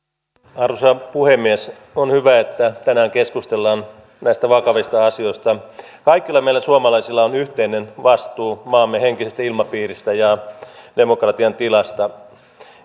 arvoisa puhemies on hyvä että tänään keskustellaan näistä vakavista asioista kaikilla meillä suomalaisilla on yhteinen vastuu maamme henkisestä ilmapiiristä ja demokratian tilasta